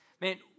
man